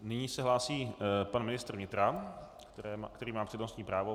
Nyní se hlásí pan ministr vnitra, který má přednostní právo.